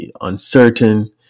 uncertain